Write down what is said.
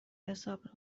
حساب